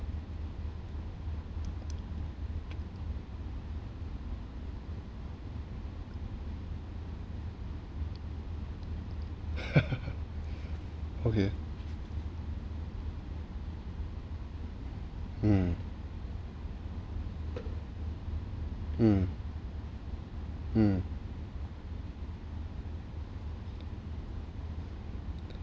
okay hmm mm mm